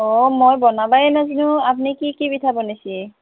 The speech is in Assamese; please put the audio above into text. অঁ মই বনাবই নেজানো আপুনি কি কি পিঠা বনাইছে